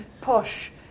posh